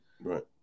Right